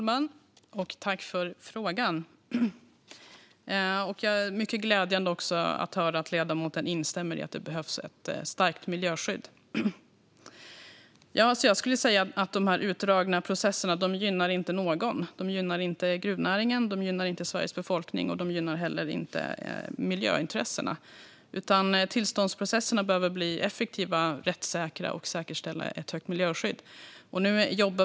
Fru talman! Tack för frågan, Eric Palmqvist! Det är mycket glädjande att höra att ledamoten instämmer i att det behövs ett starkt miljöskydd. Jag skulle säga att de utdragna processerna inte gynnar någon. De gynnar inte gruvnäringen, de gynnar inte Sveriges befolkning och de gynnar heller inte miljöintressena. Tillståndsprocesserna behöver bli effektiva och rättssäkra, och de behöver säkerställa ett högt miljöskydd.